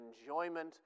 enjoyment